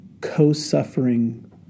co-suffering